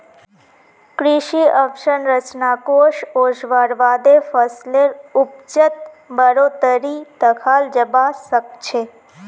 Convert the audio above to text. कृषि अवसंरचना कोष ओसवार बादे फसलेर उपजत बढ़ोतरी दखाल जबा सखछे